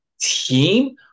team